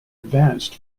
advanced